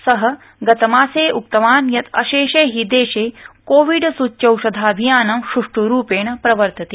स उक्तवान् यत् अशेषे हि देशे कोविड सूच्यौषधाभियानं सृष्ठुरूपेण प्रवर्तते